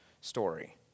story